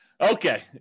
Okay